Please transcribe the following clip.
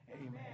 Amen